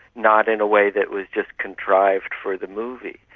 not in a way that was just contrived for the movie,